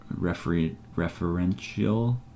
Referential